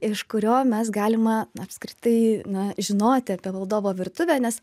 iš kurio mes galima apskritai na žinoti apie valdovo virtuvę nes